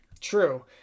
True